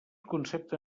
concepte